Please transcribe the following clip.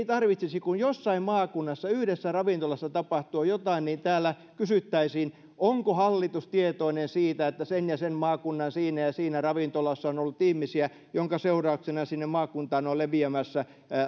tarvitsisi kuin jossain maakunnassa yhdessä ravintolassa tapahtua jotain niin täällä kysyttäisiin onko hallitus tietoinen siitä että sen ja sen maakunnan siinä ja siinä ravintolassa on ollut ihmisiä minkä seurauksena sinne maakuntaan on leviämässä